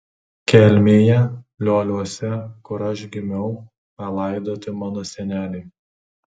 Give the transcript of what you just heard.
kelmėje lioliuose kur aš gimiau palaidoti mano seneliai